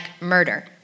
murder